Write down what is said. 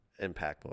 impactful